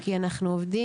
כי אנחנו עובדים.